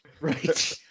Right